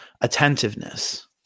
attentiveness